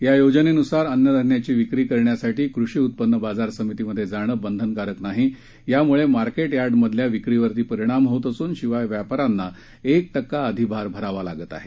या योजनेनुसार अन्नधान्याची विक्री करण्यासाठी कृषी उत्पन्न बाजार समितीमध्ये जाणं बंधनकारक नाही यामुळे मार्केट यार्डातल्या विक्रीवर परिणाम होत असून शिवाय व्यापाऱ्यांना एक टक्का अधिभार भरावा लागत आहे